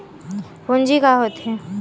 पूंजी का होथे?